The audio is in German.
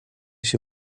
ich